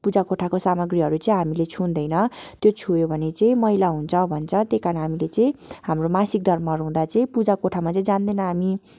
पूजा कोठाको सामग्रीहरू चाहिँ हामीले छुदैन त्यो छोयो भने चाहिँ मैला हुन्छ भन्छ त्यही कारण हामीले चाहिँ हाम्रो मासिक धर्महरू हुँदा चाहिँ पूजा कोठामा जाँदैन हामी